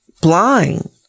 blind